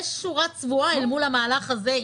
יש שורה צבועה אל מול המהלך הזה,